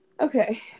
okay